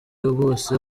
bose